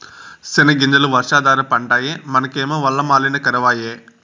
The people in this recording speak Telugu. సెనగ్గింజలు వర్షాధార పంటాయె మనకేమో వల్ల మాలిన కరవాయె